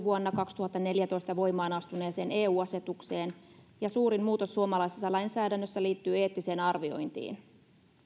vuonna kaksituhattaneljätoista voimaan astuneeseen eu asetukseen ja suurin muutos suomalaisessa lainsäädännössä liittyy eettiseen arviointiin